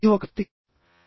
ఇది ఒక వ్యక్తి